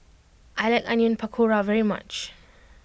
I like Onion Pakora very much